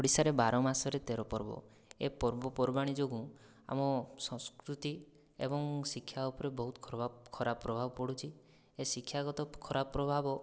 ଓଡ଼ିଶାରେ ବାରମାସରେ ତେର ପର୍ବ ଏ ପର୍ବପର୍ବାଣୀ ଯୋଗୁଁ ଆମ ସଂସ୍କୃତି ଏବଂ ଶିକ୍ଷା ଉପରେ ବହୁତ ଖରାପ ପ୍ରଭାବ ପଡ଼ୁଛି ଏ ଶିକ୍ଷାଗତ ଖରାପ ପ୍ରଭାବ